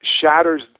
shatters